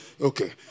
okay